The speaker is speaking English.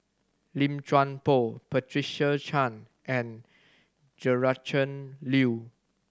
Lim Chuan Poh Patricia Chan and Gretchen Liu